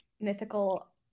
mythical